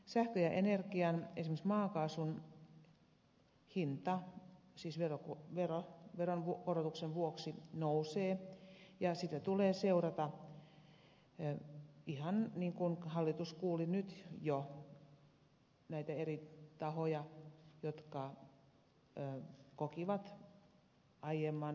sähkön ja energian esimerkiksi maakaasun hinta siis veronkorotuksen vuosi nousee ja sitä tulee seurata ihan niin kuin hallitus kuuli nyt jo näitä eri tahoja jotka kokivat aiemman esityksen puutteelliseksi